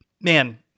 man